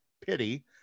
pity